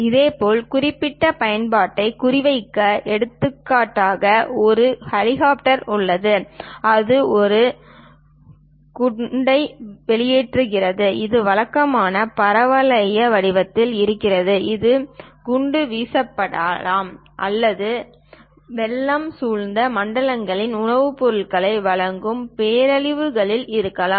இதேபோல் குறிப்பிட்ட பயன்பாட்டை குறிவைக்க எடுத்துக்காட்டாக ஒரு ஹெலிகாப்டர் உள்ளது அது ஒரு குண்டை வெளியிடுகிறது இது வழக்கமாக பரவளைய வடிவத்தில் செல்கிறது அது குண்டு வீசப்படலாம் அல்லது வெள்ளம் சூழ்ந்த மண்டலங்களுக்கு உணவுப் பொருட்களை வழங்கும் பேரழிவுகளில் இருக்கலாம்